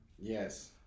Yes